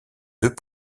deux